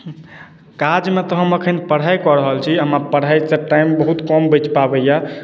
काजमे तऽ एखन हम पढ़ाइ कऽ रहल छी हमर पढ़ाइसँ टाइम बहुत कम बचि पाबैए